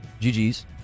GG's